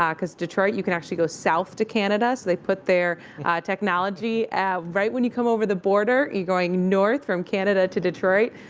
um because detroit, you can actually go south to canada. so they put their technology yeah right when you come over the border. you're going north from canada to detroit.